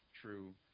true